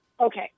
Okay